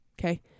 okay